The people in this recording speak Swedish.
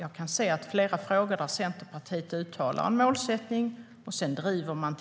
I flera frågor har Centerpartiet uttalat en målsättning men driver den inte.